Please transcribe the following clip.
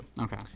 Okay